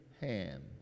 hand